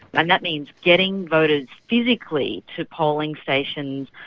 and that means getting voters physically to polling stations.